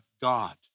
God